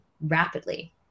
rapidly